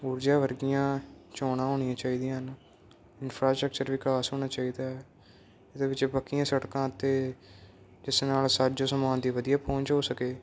ਊਰਜਾ ਵਰਗੀਆਂ ਚੋਣਾਂ ਹੋਣੀਆਂ ਹੋਣੀਆਂ ਚਾਹੀਦੀਆਂ ਹਨ ਇੰਨਫਰਾਸਟਕਚਰ ਵਿਕਾਸ ਹੋਣਾ ਚਾਹੀਦਾ ਹੈ ਇਹਦੇ ਵਿੱਚ ਪੱਕੀਆਂ ਸੜਕਾਂ ਅਤੇ ਜਿਸ ਨਾਲ ਸਾਜੋ ਸਮਾਨ ਦੀ ਵਧੀਆ ਪਹੁੰਚ ਹੋ ਸਕੇ